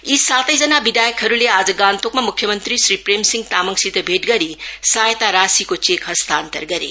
यी सत्तैजना विधायकहरूले आज गान्तोकमा मुख्य मंत्री श्री प्रेमसिंह तामाङसित भेट गरी सहायता राशिको चेक हस्तान्तर गरे